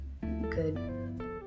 good